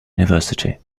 university